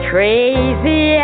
Crazy